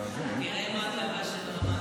טובת,